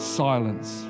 silence